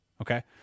Okay